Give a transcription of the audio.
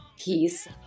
peace